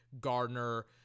Gardner